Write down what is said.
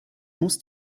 muss